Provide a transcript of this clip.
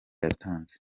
yatanze